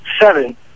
seven